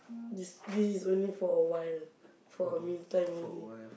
this this is only for a while for a meantime only